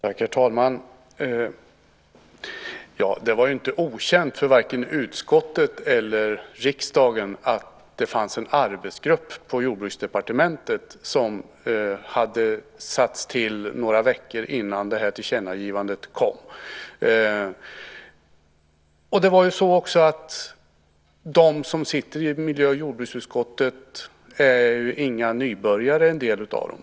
Herr talman! Det var inte okänt för vare sig utskottet eller riksdagen att det fanns en arbetsgrupp på Jordbruksdepartementet som hade tillsatts några veckor innan det här tillkännagivandet kom. De som sitter i miljö och jordbruksutskottet - en del av dem i alla fall - är inga nybörjare.